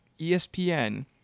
ESPN